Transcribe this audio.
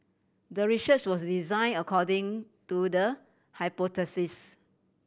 the research was design according to the hypothesis